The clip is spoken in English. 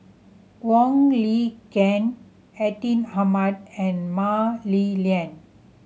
Wong Lin Ken Atin Amat and Mah Li Lian